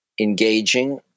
engaging